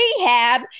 rehab